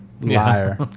Liar